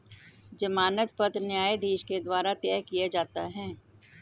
जमानत पत्र न्यायाधीश के द्वारा तय किया जाता है